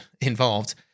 involved